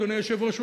אדוני היושב-ראש,